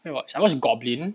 what I watched I watched goblin